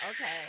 Okay